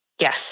Yes